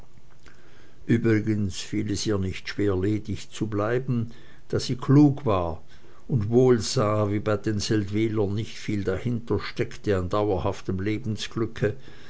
übrigens fiel es ihr nicht schwer ledig zu bleiben da sie klug war und wohl sah wie bei den seldwylern nicht viel dahintersteckte an dauerhaftem lebensglücke